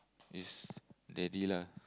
is daddy lah